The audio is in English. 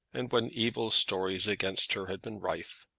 and when evil stories against her had been rife,